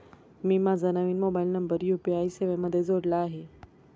मी माझा नवीन mobile number UPI सेवेमध्ये जोडला आहे